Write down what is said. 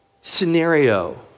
scenario